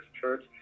church